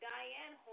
Diane